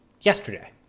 Yesterday